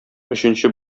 өченче